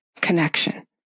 connection